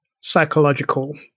psychological